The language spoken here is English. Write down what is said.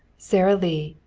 sara lee,